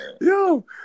Yo